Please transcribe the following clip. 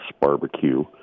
barbecue